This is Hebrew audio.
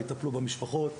תטפל במשפחות ובהורים.